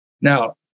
Now